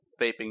vaping